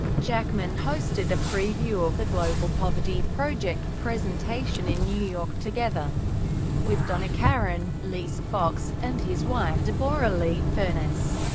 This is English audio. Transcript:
jackman hosted a preview of the global poverty project presentation in new york together with donna karan, lisa fox, and his wife deborra-lee furness.